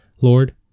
Lord